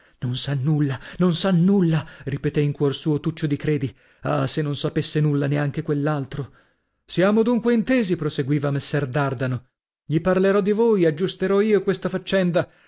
non sa nulla non sa nulla ripetè in cuor suo tuccio di credi ah se non sapesse nulla neanche quell'altro siamo dunque intesi proseguiva messer dardano gli parlerò di voi aggiusterò io questa faccenda